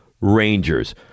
Rangers